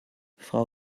frau